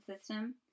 system